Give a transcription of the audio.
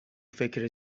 فکر